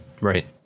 Right